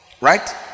right